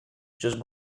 just